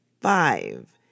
five